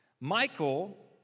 Michael